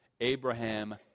Abraham